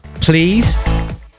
please